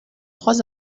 trois